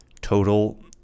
total